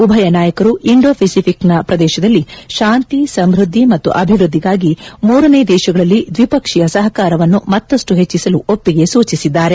ಉಭೆಯ ನಾಯಕರು ಇಂಡೋ ಪೆಸಿಫಿಕ್ನ ಪ್ರದೇಶದಲ್ಲಿ ಶಾಂತಿ ಸಮ್ಬದ್ದಿ ಮತ್ತು ಅಭಿವ್ಯದ್ಗಿಗಾಗಿ ಮೂರನೇ ದೇಶಗಳಲ್ಲಿ ದ್ವಿಪಕ್ಷೀಯ ಸಹಕಾರವನ್ನು ಮತ್ತಷ್ಟು ಹೆಚ್ಚಿಸಲು ಒಪ್ಪಿಗೆ ಸೂಚಿಸಿದ್ದಾರೆ